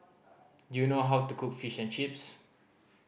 do you know how to cook Fish and Chips